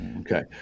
Okay